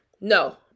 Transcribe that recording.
No